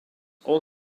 all